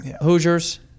Hoosiers